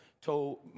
told